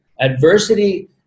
adversity